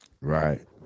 Right